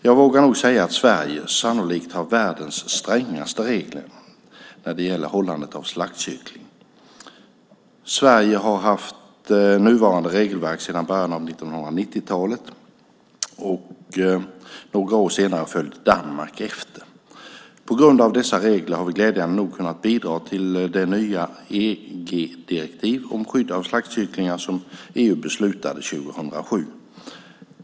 Jag vågar nog säga att Sverige sannolikt har världens strängaste regler när det gäller hållandet av slaktkycklingar. Sverige har haft nuvarande regelverk sedan början av 1990-talet, och några år senare följde Danmark efter. På grund av dessa regler har vi glädjande nog kunnat bidra till det nya EG-direktiv om skydd av slaktkycklingar som EU beslutade 2007.